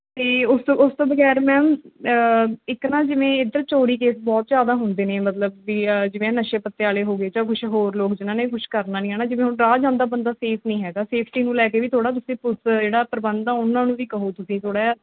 ਅਤੇ ਉਸ ਤੋਂ ਉਸ ਤੋਂ ਬਗੈਰ ਮੈਮ ਇੱਕ ਨਾ ਜਿਵੇਂ ਇੱਧਰ ਚੋਰੀ ਕੇਸ ਬਹੁਤ ਜ਼ਿਆਦਾ ਹੁੰਦੇ ਨੇ ਮਤਲਬ ਵੀ ਜਿਵੇਂ ਨਸ਼ੇ ਪੱਤੇ ਵਾਲੇ ਹੋ ਗਏ ਜਾਂ ਕੁਛ ਹੋਰ ਲੋਕ ਜਿਨ੍ਹਾਂ ਨੇ ਕੁਛ ਕਰਨਾ ਨਹੀਂ ਹੈ ਨਾ ਜਿਵੇਂ ਹੁਣ ਰਾਹ ਜਾਂਦਾ ਬੰਦਾ ਸੇਫ ਨਹੀਂ ਹੈਗਾ ਸੇਫਟੀ ਨੂੰ ਲੈ ਕੇ ਵੀ ਥੋੜ੍ਹਾ ਤੁਸੀਂ ਪੁਲਿਸ ਜਿਹੜਾ ਪ੍ਰਬੰਧ ਆ ਉਹਨਾਂ ਨੂੰ ਵੀ ਕਹੋ ਤੁਸੀਂ ਥੋੜ੍ਹਾ ਜਿਹਾ